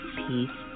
peace